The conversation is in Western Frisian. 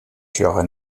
sjogge